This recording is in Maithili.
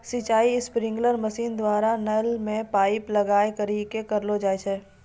सिंचाई स्प्रिंकलर मसीन द्वारा नल मे पाइप लगाय करि क करलो जाय छै